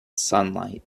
sunlight